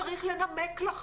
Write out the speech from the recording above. תודה.